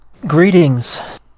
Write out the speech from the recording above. Greetings